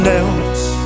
else